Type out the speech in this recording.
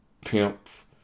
pimps